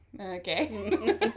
okay